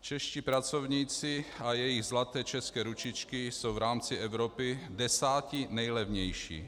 Čeští pracovníci a jejich zlaté české ručičky jsou v rámci Evropy desátí nejlevnější.